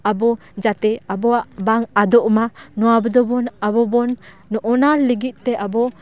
ᱟᱵᱚ ᱡᱟᱛᱮ ᱟᱵᱚᱣᱟᱜ ᱵᱟᱝ ᱟᱫᱚᱜ ᱢᱟ ᱱᱚᱶᱟ ᱫᱚᱵᱚᱱ ᱟᱵᱚᱵᱚᱱ ᱱᱚᱜᱱᱟ ᱞᱟᱹᱜᱤᱫ ᱛᱮ ᱟᱵᱚ